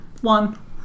One